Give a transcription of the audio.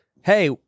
hey